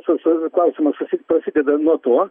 su su klausimas prasideda nuo to